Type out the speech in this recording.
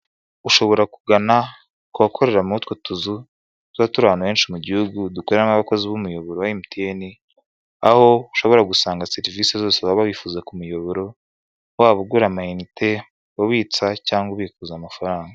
Ushobora kugana ku bakorera muri utwo tuzu tuba turi ahantu benshi mu gihugu dukoreramo abakozi b'umuyoboro wa MTN, aho ushobora gusanga serivisi zose waba bifuza ku muyoboro, waba ugura amiyinite, ubitsa cyangwa ubikuza amafaranga.